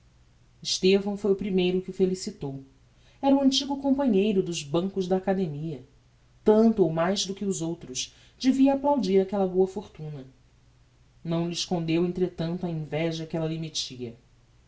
estevão foi o primeiro que o felicitou era o antigo companheiro dos bancos da academia tanto ou mais do que os outros devia applaudir aquella boa fortuna não lhe escondeu entretanto a inveja que ella